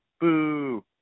boo